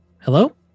Hello